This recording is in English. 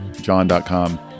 john.com